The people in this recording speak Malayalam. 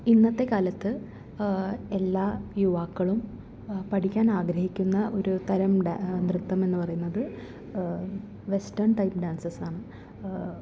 ഇന്നത്തെ കാലത്ത് എല്ലാ യുവാക്കളും പഠിക്കാൻ ആഗ്രഹിക്കുന്ന ഒരു തരം ഡാ നൃത്തം എന്ന് പറയുന്നത് വെസ്റ്റേൺ ടൈപ്പ് ഡാൻസസാണ്